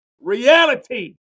reality